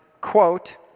quote